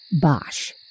Bosh